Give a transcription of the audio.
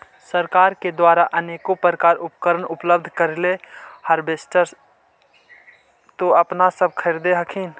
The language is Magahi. सरकार के द्वारा अनेको प्रकार उपकरण उपलब्ध करिले हारबेसटर तो अपने सब धरदे हखिन?